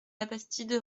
labastide